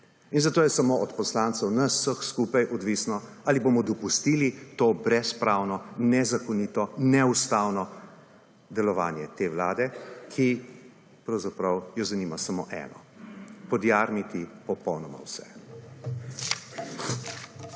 in zato je samo od poslancev nas vseh skupaj odvisno ali bomo dopustili to brezpravno nezakonito, neustavno delovanje te Vlade, ki jo pravzaprav zanima samo eno. Podjarniti popolnoma vse.